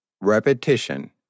repetition